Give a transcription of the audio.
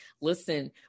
listen